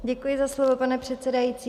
Děkuji za slovo, pane předsedající.